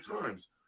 times